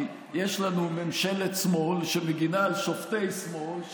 כי יש לנו ממשלת שמאל שמגינה על שופטי שמאל,